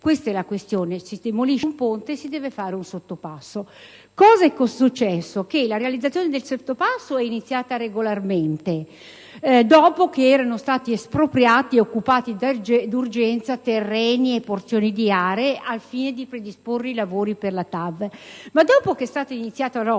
Questa è la questione: se si demolisce un ponte si deve fare un sottopasso. È successo che la realizzazione del sottopasso è iniziata regolarmente dopo che erano stati espropriati e occupati di urgenza terreni e porzioni di aree al fine di predisporre i lavori per la TAV, ma dopo che è stata iniziata l'opera